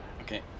Okay